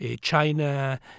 China